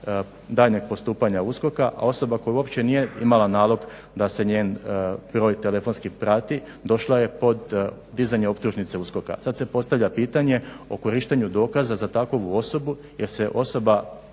daljnjeg postupanja USKOK-a, a osoba koja uopće nije imala nalog da se njen broj telefonski prati došla je pod dizanje optužnice USKOK-a. Sad se postavlja pitanje o korištenju dokaza za takvu osobu jer se osoba